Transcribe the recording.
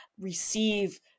receive